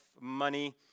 money